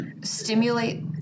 stimulate